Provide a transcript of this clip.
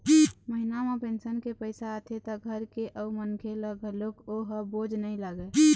महिना म पेंशन के पइसा आथे त घर के अउ मनखे ल घलोक ओ ह बोझ नइ लागय